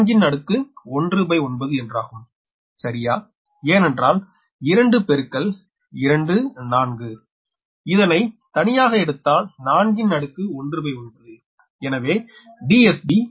123 19 என்றாகும் சரியா ஏனென்றால் 2 பெருக்கல் 2 4 இதனை தனியாக எடுத்தால் 19 எனவே DSB 0